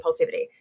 impulsivity